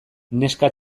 neska